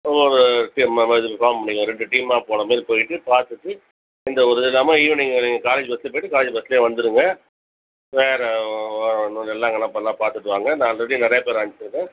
ஒரு டீம் மாதிரி ஃபார்ம் பண்ணிக்கங்க ரெண்டு டீமாக போனமாதிரி போயிட்டு பார்த்துட்டு இந்த ஒரு இது இல்லாமல் ஈவினிங் நீங்கள் காலேஜ் பஸ்ஸில் போய்விட்டு காலேஜ் பஸ்ல வந்துருங்க வேறு ஒன்றும் எல்லாம் அங்கே நல்லா பார்த்துட்டு வாங்க நான் ஆல்ரெடி நிறைய பேர் அனுப்பிச்சிருக்கேன்